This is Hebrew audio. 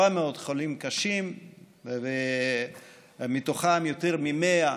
400 חולים קשים, ומתוכם יותר מ-100,